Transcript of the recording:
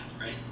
right